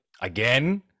again